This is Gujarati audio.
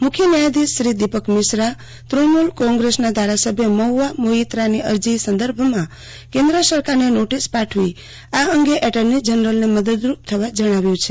મુખ્ય ન્યાયાધીશ શ્રી દીપક મિશ્રા તૃણમૂલ કોંગ્રેસના ધારાસભ્ય મહુઆ મોઇત્રાની અરજી સંદર્ભમાં કેન્દ્ર સરકારને નોટિસ પાઠવી આ અંગે એટર્નીજનરલને મદદરૂપ થવા જણાવ્યું છે